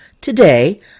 Today